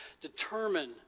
Determine